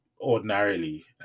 ordinarily